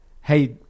hey